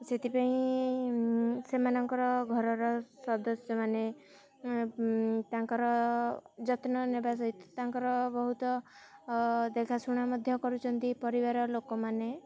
ସେଥିପାଇଁ ସେମାନଙ୍କର ଘରର ସଦସ୍ୟମାନେ ତାଙ୍କର ଯତ୍ନ ନେବା ସହିତ ତାଙ୍କର ବହୁତ ଦେଖାଶୁଣା ମଧ୍ୟ କରୁଛନ୍ତି ପରିବାର ଲୋକମାନେ